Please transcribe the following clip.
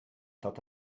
tot